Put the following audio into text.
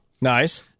Nice